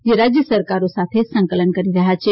જે રાજય સરકારો સાથે સંકલન કરી રહ્યાં છે